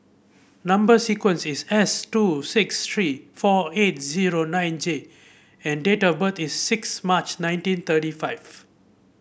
number sequence is S two six three four eight zero nine J and date of birth is six March nineteen thirty five